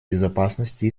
безопасности